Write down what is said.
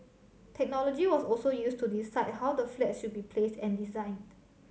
technology was also used to decide how the flats should be placed and designed